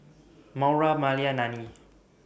Maura Malia and Nannie